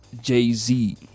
jay-z